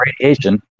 radiation